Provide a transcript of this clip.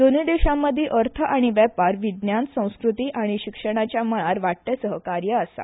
दोनूय देशां मदीं अर्थ आनी वेपार विज्ञान संस्कृती आनी शिक्षणाच्या मळार वाडटे सहकार्य आसा